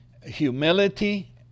humility